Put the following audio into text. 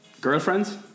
girlfriends